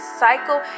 cycle